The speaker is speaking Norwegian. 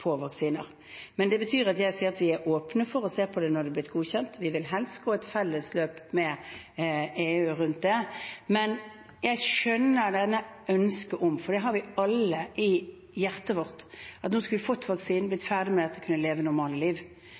på vaksiner. Men det betyr at vi er åpne for å se på det når det er blitt godkjent. Vi vil helst gå et felles løp med EU rundt det, men jeg skjønner dette ønsket, for det har vi alle i hjertet vårt – at nå skulle vi fått vaksinen, blitt ferdig med dette og kunnet leve et normalt liv.